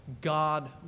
God